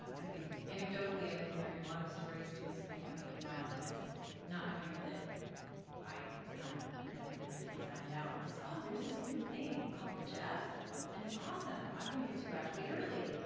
i think anecdotally i've been hearing a lot of stories. students have been coming into my office not knowing that i kind of know this inside and out and they so oh, there's this new thing called the gef and it's awesome. i'm going to get to graduate early.